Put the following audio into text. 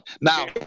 Now